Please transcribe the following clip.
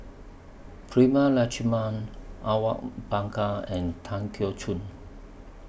Prema Letchumanan Awang Bakar and Tan Keong Choon